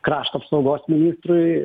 krašto apsaugos ministrui